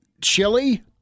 chili